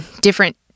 different